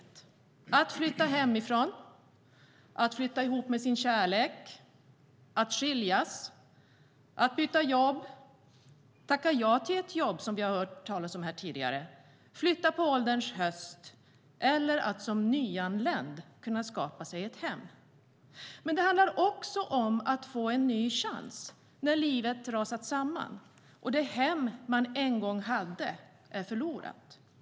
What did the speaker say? Det handlar om att flytta hemifrån, att flytta ihop med sin kärlek, att skiljas, att byta jobb, att tacka ja till ett jobb, som vi har hört talas om här tidigare, att flytta på ålderns höst eller att som nyanländ kunna skapa sig ett hem. Men det handlar också om att få en ny chans när livet rasat samman och det hem man en gång hade är förlorat.